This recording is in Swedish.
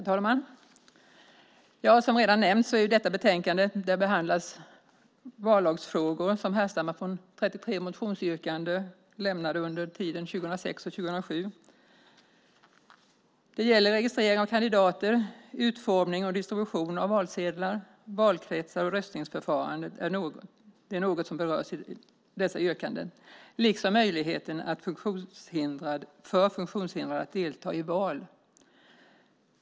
Herr talman! Som redan nämnts behandlas i detta betänkande vallagsfrågor som härstammar från 33 motionsyrkanden lämnade under tiden 2006 och 2007. Det gäller registrering av kandidater, utformning och distribution av valsedlar, valkretsar och röstningsförfarande. Det är något som berörs i dessa yrkanden liksom möjligheter för funktionshindrade att delta i val.